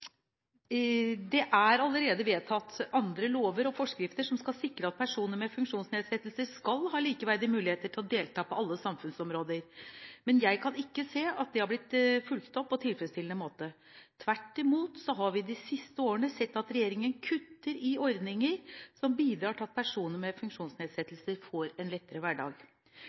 Det er allerede vedtatt andre lover og forskrifter som skal sikre at personer med funksjonsnedsettelser har likeverdige muligheter til å delta på alle samfunnsområder, men jeg kan ikke se at det er blitt fulgt opp på en tilfredsstillende måte. Tvert imot har vi de siste årene sett at regjeringen kutter i ordninger som bidrar til at personer med funksjonsnedsettelser får en lettere hverdag.